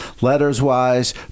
Letters-wise